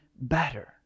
better